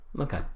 Okay